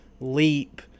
leap